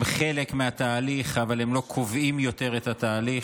הם חלק מהתהליך אבל הם לא קובעים יותר את התהליך.